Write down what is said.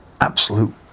Absolute